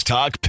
Talk